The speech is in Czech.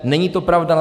Není to pravda.